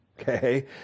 Okay